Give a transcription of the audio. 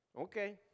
Okay